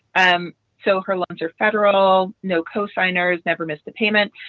um so her loans are federal, no cosigners, never missed a payment.